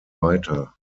weiter